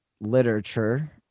literature